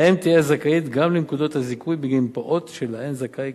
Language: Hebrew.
האם תהיה זכאית גם לנקודות הזיכוי בגין פעוט שלהן זכאי